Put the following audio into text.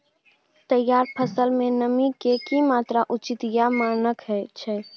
तैयार फसल में नमी के की मात्रा उचित या मानक छै?